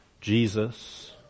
Jesus